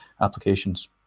applications